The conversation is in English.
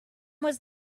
was